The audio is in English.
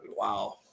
wow